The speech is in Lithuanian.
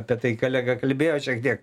apie tai kolega kalbėjo šiek tiek